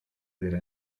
della